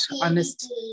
honest